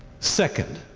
second